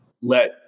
let